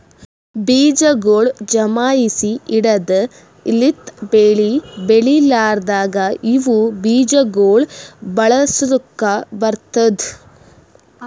ಬೀಜಗೊಳ್ ಜಮಾಯಿಸಿ ಇಡದ್ ಲಿಂತ್ ಬೆಳಿ ಬೆಳಿಲಾರ್ದಾಗ ಇವು ಬೀಜ ಗೊಳ್ ಬಳಸುಕ್ ಬರ್ತ್ತುದ